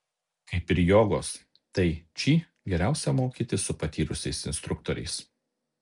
kaip ir jogos tai či geriausia mokytis su patyrusiais instruktoriais